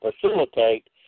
facilitate